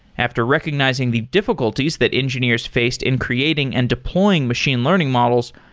after recognizing the difficulties that engineers faced in creating and deploying machine learning models,